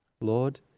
lord